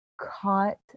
caught